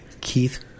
Keith